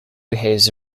his